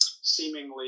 seemingly